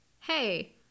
hey